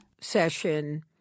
session